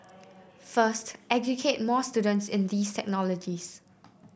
first educate more students in these technologies